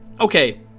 okay